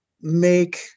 make